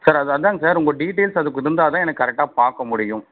sir அ அதாங்க sir உங்கள் டீடெயல் அதுக்குகுந்தா தான் எனக்கு கரெக்டாக பார்க்க முடியும்